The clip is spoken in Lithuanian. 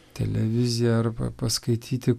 televizija arba paskaityti